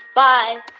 bye